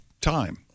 time